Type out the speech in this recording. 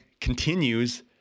continues